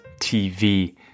TV